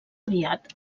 aviat